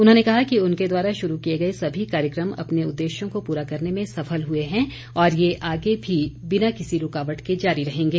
उन्होंने कहा कि उनके द्वारा शुरू किए गए सभी कार्यक्रम अपने उद्देश्यों को पूरा करने में सफल हुए हैं और ये आगे भी बिना किसी रूकावट के जारी रहेंगे